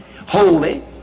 holy